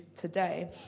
today